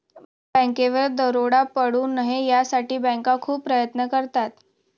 बँकेवर दरोडा पडू नये यासाठी बँका खूप प्रयत्न करतात